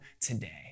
today